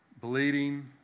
Bleeding